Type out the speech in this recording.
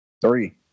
Three